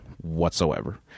whatsoever